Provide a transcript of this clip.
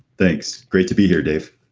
thanks, great to be here, dave.